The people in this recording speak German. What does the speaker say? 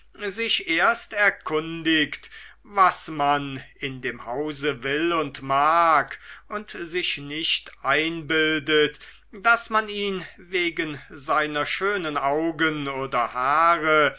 sich erst erkundigt was man in dem hause will und mag und sich nicht einbildet daß man ihn wegen seiner schönen augen oder haare